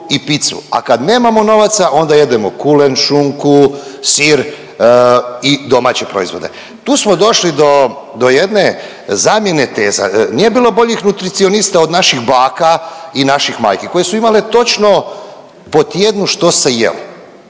a kad nemamo novaca onda jedemo kulen, šunku, sir i domaće proizvode. Tu smo došli do, do jedne zamjene teza, nije bilo boljih nutricionista od naših baka i naših majki koje su imale točno po tjednu što se jelo